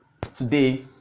today